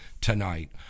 tonight